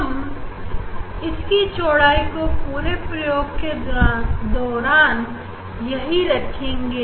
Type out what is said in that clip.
हम इसकी चौड़ाई को पूरे प्रयोग के दौरान यही रखेंगे